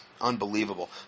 unbelievable